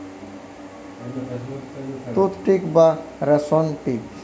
তুত কীট বা রেশ্ম কীট